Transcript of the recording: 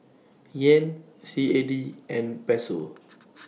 Yen C A D and Peso